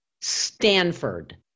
Stanford